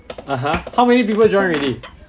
(uh huh) how many people join already